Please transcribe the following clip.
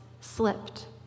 slipped